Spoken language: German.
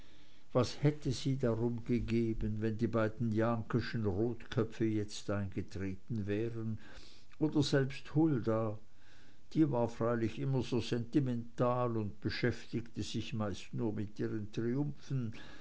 was hätte sie darum gegeben wenn die beiden jahnkeschen rotköpfe jetzt eingetreten wären oder selbst hulda die war freilich immer so sentimental und beschäftigte sich meist nur mit ihren triumphen